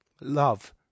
love